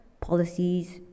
policies